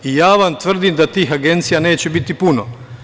I ja vam tvrdim da tih agencija neće biti puno.